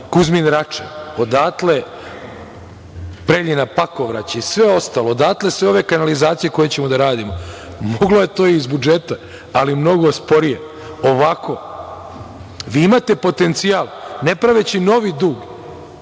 Kuzmin - Rača, odatle Preljina - Pakovraće i sve ostalo. Odatle sve ove kanalizacije koje ćemo da radimo. Moglo je to i iz budžeta, ali mnogo sporije. Ovako vi imate potencijal ne praveći novi dug,